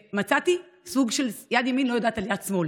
ומצאתי סוג של יד ימין שלא יודעת על יד שמאל,